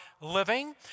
living